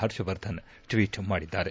ಪರ್ಷವರ್ಧನ್ ಟ್ಲೀಟ್ ಮಾಡಿದ್ಲಾರೆ